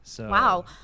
Wow